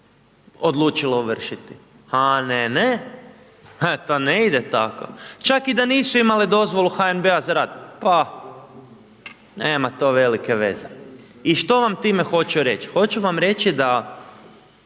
odlučile ovršiti, a ne, ne, to ne ide tako, čak i da nisu imale dozvolu HNB-a za rad, pa nema to velike veze. I što vam time hoću reć? Hoću vam reći da